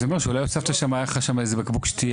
אז זה אומר שאולי היה לך איזה בקבוק שתייה,